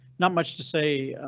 not much to say.